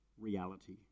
reality